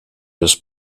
des